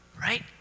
right